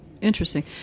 interesting